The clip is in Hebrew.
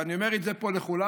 ואני אומר את זה פה לכולנו,